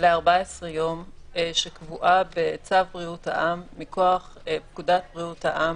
ל-14 יום שקבועה בצו בריאות העם מכוח פקודת בריאות העם.